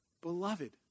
beloved